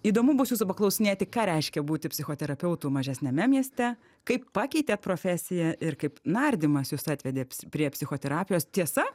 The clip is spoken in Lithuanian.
įdomu bus jūsų paklausinėti ką reiškia būti psichoterapeutu mažesniame mieste kaip pakeitėt profesiją ir kaip nardymas jus atvedė ps prie psichoterapijos tiesa